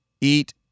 eat